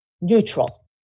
neutral